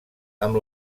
amb